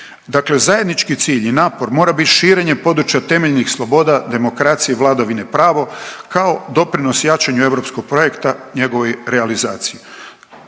Dakle zajednički cilj i napor mora bit širenje područja temeljnih sloboda, demokracije i vladavine prava, kao doprinos jačanju europskog projekta i njegovoj realizaciji.